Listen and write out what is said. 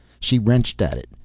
she wrenched at it.